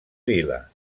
vila